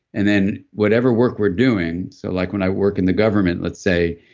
and then whatever work we're doing. so like when i work in the government, let's say,